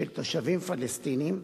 של תושבים פלסטינים,